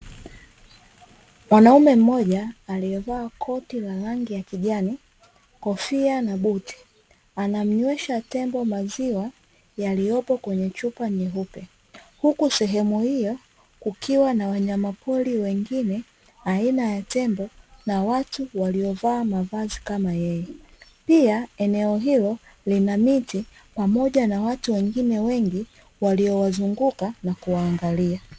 Mwanaume mmoja aliyevaa koti la rangi ya kijani, kofia na buti anamnywesha tembo maziwa yaliyopo kwenye chupa nyeupe, huku sehemu hiyo kukiwa na wanyamapori wengine aina ya tembo na watu waliovaa mavazi kama yeye, pia eneo hilo lina miti pamoja na watu wengine wengi waliowazunguka na kuwaangalia.